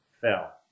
fell